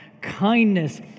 kindness